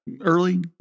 early